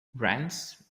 brands